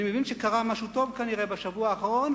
אני מבין שכנראה קרה משהו טוב בשבוע האחרון,